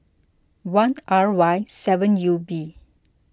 one R Y seven U B